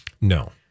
No